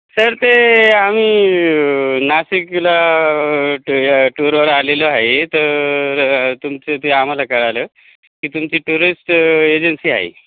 sir ते आम्ही नाशिकला या टूरवर आलेलो आहे तर तुमचं ते आम्हाला कळालं की तुमची टुरिस्ट एजन्सी आहे